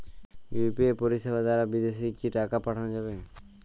UPI পরিষেবা দারা বিদেশে কি টাকা পাঠানো যাবে?